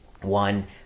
One